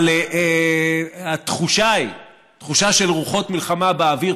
אבל התחושה היא תחושה של רוחות מלחמה באוויר,